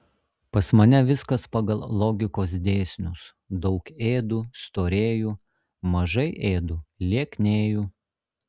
pas mane viskas pagal logikos dėsnius daug ėdu storėju mažai ėdu lieknėju